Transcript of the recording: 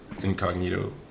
incognito